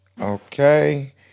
okay